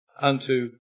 unto